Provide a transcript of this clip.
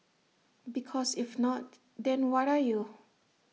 because if not then what are you